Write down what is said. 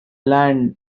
land